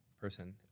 person